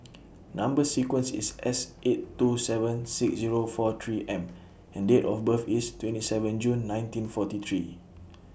Number sequence IS S eight two seven six Zero four three M and Date of birth IS twenty seven June nineteen forty three